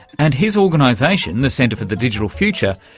and his organisation, the center for the digital future,